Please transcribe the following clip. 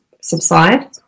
subside